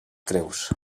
creus